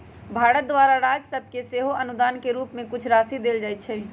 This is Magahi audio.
भारत द्वारा राज सभके सेहो अनुदान के रूप में कुछ राशि देल जाइ छइ